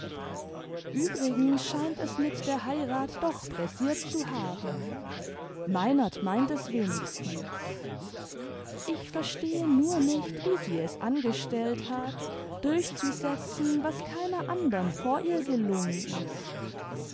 übrigens scheint es mit der heirat doch pressiert zu haben meinert meint es wenigstens ich verstehe nur nicht wie sie es angestellt hat durchzusetzen was keiner andern vor ihr gelungen ist